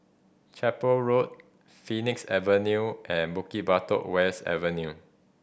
Chapel Road Phoenix Avenue and Bukit Batok West Avenue